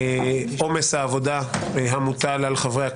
וזה עומס העבודה המוטל על חברי הכנסת,